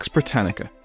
Britannica